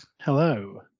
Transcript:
Hello